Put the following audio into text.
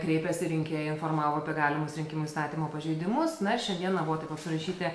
kreipėsi rinkėjai informavo apie galimus rinkimų įstatymo pažeidimus na ir šiandieną buvo surašyti